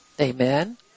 Amen